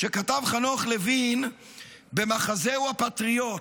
שכתב חנוך לוין במחזהו "הפטריוט".